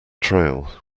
trail